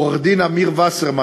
עורך-הדין אמיר וסרמן,